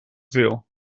veel